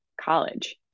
college